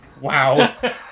Wow